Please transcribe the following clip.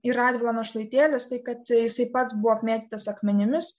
ir radvila našlaitėlis tai kad jisai pats buvo apmėtytas akmenimis